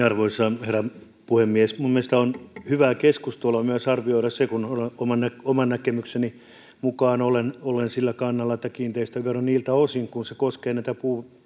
arvoisa herra puhemies minun mielestäni on hyvää keskustelua myös arvioida se kun oman oman näkemykseni mukaan olen sillä kannalla että kiinteistövero niiltä osin kuin se koskee näitä